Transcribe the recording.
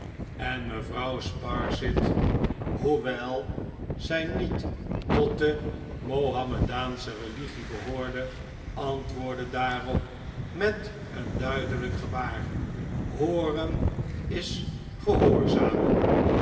en mevrouw sparsit hoewel zij niet tot de mahomedaansche religie behoorde antwoordde daarop met een duidelijk gebaar hooren is gehoorzamen